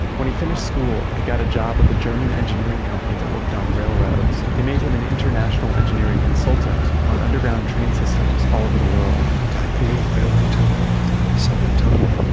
when he finished school, he got a job with the german engineering company that worked on railroads. they made him an international engineering consultant on underground train systems all over the world taipei railway tunnel, taipei subway tunnel.